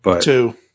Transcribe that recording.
Two